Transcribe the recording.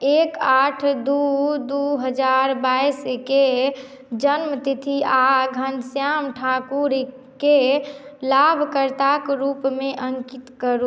एक आठ दू दू हजार बाइसके जन्मतिथि आओर घनश्याम ठाकुरके लाभकर्ताक रूपमे अङ्कित करू